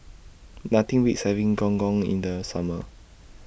Nothing Beats having Gong Gong in The Summer